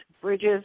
bridges